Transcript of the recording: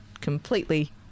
completely